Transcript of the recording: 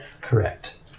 Correct